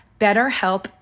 BetterHelp